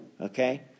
Okay